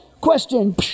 question